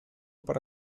para